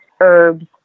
herbs